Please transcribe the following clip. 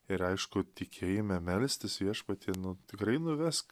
ir aišku tikėjime melstis viešpatie nu tikrai nuvesk